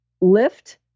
lift